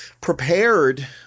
prepared